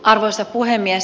arvoisa puhemies